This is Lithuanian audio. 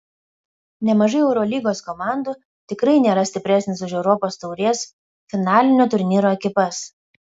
nemažai eurolygos komandų tikrai nėra stipresnės už europos taurės finalinio turnyro ekipas